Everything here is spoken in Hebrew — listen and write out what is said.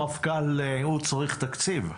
אמר המפכ"ל שהוא צריך תקציב.